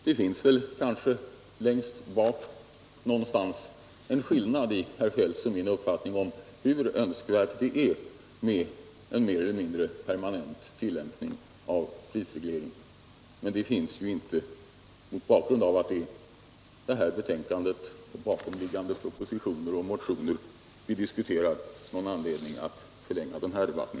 Det finns kanske längst bak någonstans en skillnad mellan herr Feldts och min uppfattning om hur önskvärt det är med en mer eller mindre permanent tillämpning av prisregleringen. Men det finns inte, mot bakgrund av det här betänkandet, bakomliggande propositioner och motioner någon anledning att förlänga den här debatten.